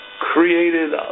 created